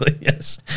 Yes